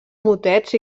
motets